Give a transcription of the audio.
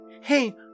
Hey